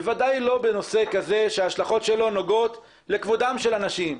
בוודאי לא בנושא כזה שההשלכות שלו נוגעות לכבודם של אנשים.